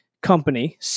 Company